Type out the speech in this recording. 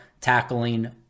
tackling